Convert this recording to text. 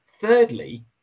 Thirdly